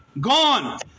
gone